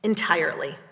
Entirely